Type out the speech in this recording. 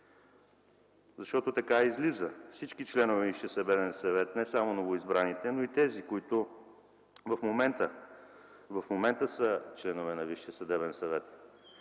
Така излиза – всички членове на Висшия съдебен съвет, а не само новоизбраните, но и тези, които в момента са членове на Висшия съдебен съвет,